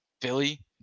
Philly